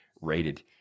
rated